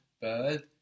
Bird